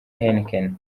heineken